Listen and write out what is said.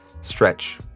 stretch